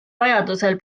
vajadusel